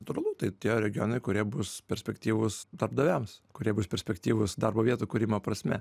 turbūt tai tie regionai kurie bus perspektyvūs darbdaviams kurie bus perspektyvūs darbo vietų kūrimo prasme